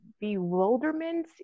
bewilderment